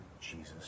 Jesus